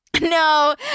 No